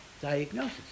diagnosis